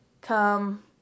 come